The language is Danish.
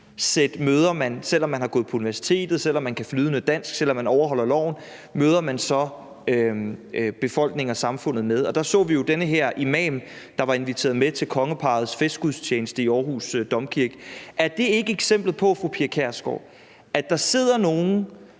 værdisæt – selv om man har gået på universitetet og kan flydende dansk og overholder loven – man så møder befolkningen og samfundet med. Vi så jo den her imam, der var inviteret med til kongeparrets festgudstjeneste i Aarhus Domkirke. Er det ikke et eksempel på, at der sidder nogle